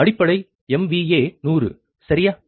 அடிப்படை MVA 100 சரியா